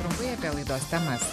trumpai apie laidos temas